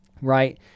right